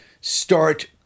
start